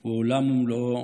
הוא עולם ומלואו,